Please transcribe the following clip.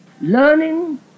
learning